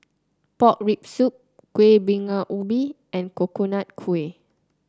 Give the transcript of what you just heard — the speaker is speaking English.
Pork Rib Soup Kueh Bingka Ubi and Coconut Kuih